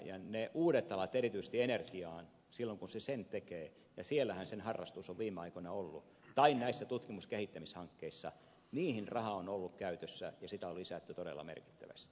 niihin uusiin tapoihin erityisesti energiaan silloin kun se sen tekee ja siellähän sen harrastus on viime aikoina ollut tai näihin tutkimus ja kehittämishankkeisiin rahaa on ollut käytössä ja sitä on lisätty todella merkittävästi